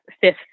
fifth